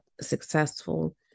successful